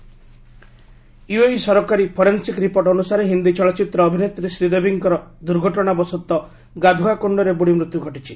Sridevi death cause UAE ସରକାରୀ forensic report ଅନୁସାରେ ହିନ୍ଦୀ ଚଳଚ୍ଚିତ୍ର ଅଭିନେତ୍ରୀ ଶ୍ରୀଦେବୀଙ୍କର ଦୁର୍ଘଟଣାବଶତଃ ଗାଧୁଆ କୁଣ୍ଡରେ ବୁଡ଼ି ମୃତ୍ୟୁ ଘଟିଛି